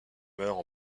meurent